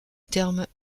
terme